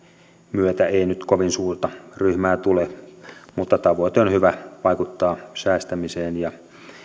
myötä ei nyt kovin suurta ryhmää tule mutta tavoite on hyvä vaikuttaa säästämiseen ja